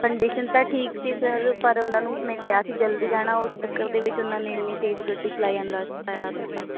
condition ਤਾਂ ਠੀਕ ਸੀ ਸਰ ਪਰ ਉਹਨਾਂ ਨੂੰ ਮੈਂ ਕਿਹਾ ਸੀ ਜਲਦੀ ਜਾਣਾ ਉਸ ਚੱਕਰ ਦੇ ਵਿੱਚ ਉਹਨਾਂ ਨੇ ਇੰਨੀ ਤੇਜ਼ ਗੱਡੀ ਚਲਾਈ ਜਾਂਦਾ ਅਤੇ ਸਰ